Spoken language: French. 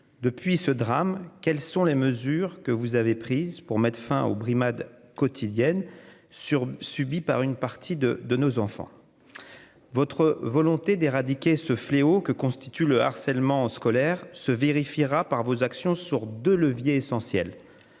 Depuis ce drame, quelles sont les mesures que vous avez prises pour mettre fin aux brimades quotidiennes sur subies par une partie de de nos enfants. Votre volonté d'éradiquer ce fléau que constitue le harcèlement scolaire se vérifiera par vos actions, sur deux leviers essentiels.